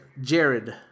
Jared